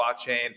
blockchain